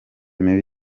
mibi